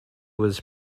was